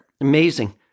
amazing